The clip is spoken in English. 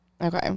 Okay